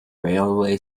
railway